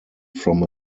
from